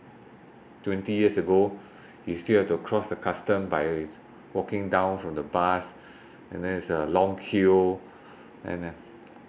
twenty years ago he still have to cross the customs by walking down from the bus and then there's a long queue and